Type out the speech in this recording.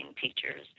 teachers